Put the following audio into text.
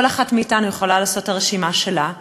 כל אחת מאתנו יכולה לעשות את הרשימה שלה.